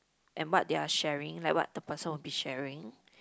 and what they are sharing like what the person would be sharing